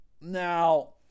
Now